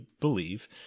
believe